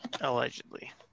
Allegedly